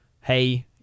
hey